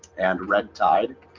and red tide